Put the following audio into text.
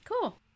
Cool